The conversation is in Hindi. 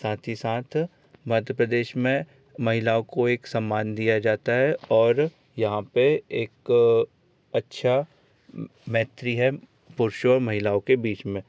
साथ ही साथ मध्य प्रदेश में महिलाओं को एक सम्मान दिया जाता है और यहाँ पर एक अच्छा मैत्री है पुरुषों और महिलाओं के बीच में